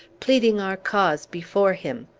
pleading our cause before him!